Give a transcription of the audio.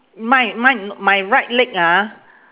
mine mine my right leg ah